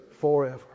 Forever